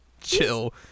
Chill